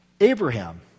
Abraham